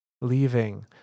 leaving